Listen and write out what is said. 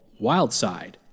Wildside